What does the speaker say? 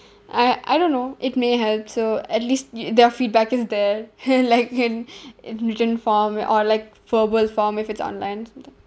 I I don't know it may help so at least yo~ their feedback is there and like in in written form or like verbal form if it's online somethi~